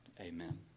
amen